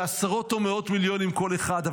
זה עשרות או מאות מיליונים כל אחד,